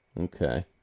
Okay